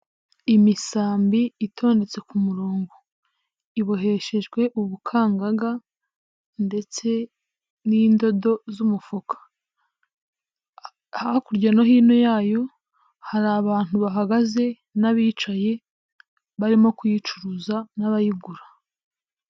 Imisambi itondetse ku murongo iboheshejwe ubukangaga ndetse n'indodo z'umufuka. Hakurya no hino yayo hari abantu bahagaze n'abicaye barimo kuyicuruza n'abayigura.